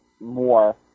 more